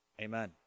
Amen